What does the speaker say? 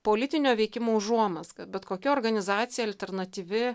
politinio veikimo užuomazga bet kokia organizacija alternatyvi